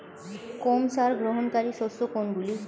কম সার গ্রহণকারী শস্য কোনগুলি?